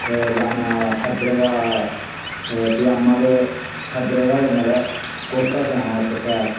लाना खद्धड़ै दा पजामां ते खद्धड़े दा गै मतलब कुर्ता सेआना इक शैल